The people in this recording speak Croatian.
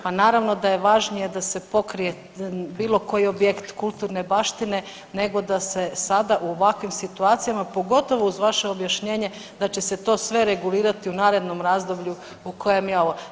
Pa naravno da je važnije da se pokrije bilo koji objekt kulturne baštine nego da se sada u ovakvim situacijama pogotovo uz vaše objašnjenje da će se to sve regulirati u narednom razdoblju u kojem je ovo.